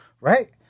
right